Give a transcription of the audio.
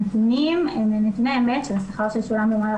הנתונים הם נתוני אמת של השכר ששולם במהלך